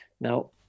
now